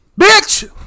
Bitch